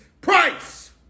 price